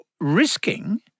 risking